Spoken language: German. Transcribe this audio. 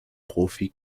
profi